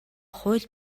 хууль